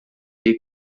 dei